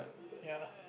ya